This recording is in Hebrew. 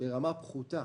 ברמה פחותה